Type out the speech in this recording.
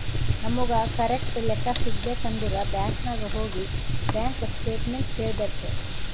ನಮುಗ್ ಕರೆಕ್ಟ್ ಲೆಕ್ಕಾ ಸಿಗಬೇಕ್ ಅಂದುರ್ ಬ್ಯಾಂಕ್ ನಾಗ್ ಹೋಗಿ ಬ್ಯಾಂಕ್ ಸ್ಟೇಟ್ಮೆಂಟ್ ಕೇಳ್ಬೇಕ್